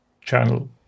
channel